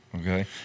Okay